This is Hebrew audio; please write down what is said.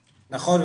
נכון.